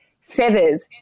feathers